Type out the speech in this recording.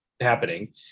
happening